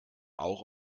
auch